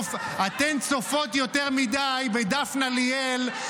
--- אתן צופות יותר מדי בדפנה ליאל,